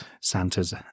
Santa's